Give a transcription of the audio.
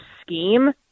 scheme